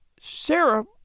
Sarah